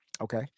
Okay